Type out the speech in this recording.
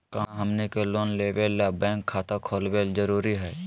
का हमनी के लोन लेबे ला बैंक खाता खोलबे जरुरी हई?